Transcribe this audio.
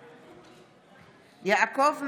בעד יעקב מרגי,